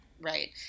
Right